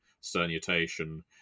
Sternutation